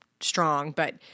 strong—but